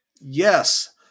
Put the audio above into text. Yes